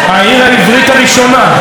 העיר העברית הראשונה.